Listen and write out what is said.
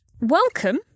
welcome